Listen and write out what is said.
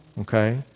Okay